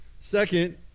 Second